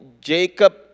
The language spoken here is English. Jacob